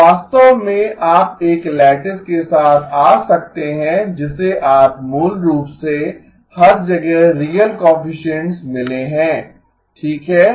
तो वास्तव में आप एक लैटिस के साथ आ सकते हैं जिसे पास मूल रूप से हर जगह रीयल कोएफिसिएन्ट्स मिलें हैं ठीक है